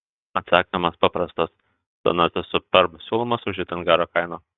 atsakymas paprastas senasis superb siūlomas už itin gerą kainą